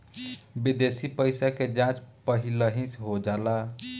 विदेशी पइसा के जाँच पहिलही हो जाला